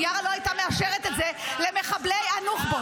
-- מיארה לא הייתה מאפשרת את זה למחבלי הנוח'בות.